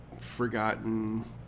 forgotten